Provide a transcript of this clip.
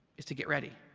is to get ready,